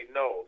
no